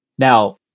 Now